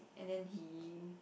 and then he